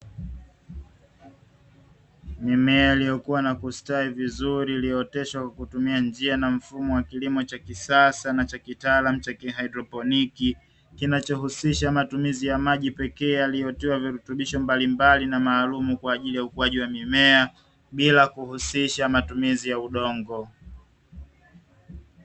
Mimea iliyokuwa na kustawi vizuri iliyooteshwa kwa kutumia njia na mfumo wa kilimo cha kisasa na cha kitaalamu cha kihaidroponiki, kinachohusisha matumizi ya maji pekee yaliyotiwa virutubisho mbalimbali na maalumu, kwa ajili ya ukuaji wa mimea bila kuhusisha matumizi ya udongo.